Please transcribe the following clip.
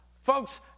Folks